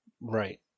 Right